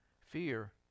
Fear